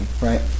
right